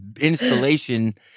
installation